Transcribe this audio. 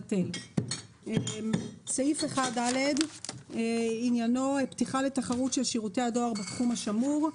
בטל." סעיף 1ד עניינו פתיחה לתחרות של שירותי הדואר בתחום השמור.